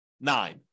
nine